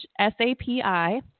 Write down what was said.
SAPI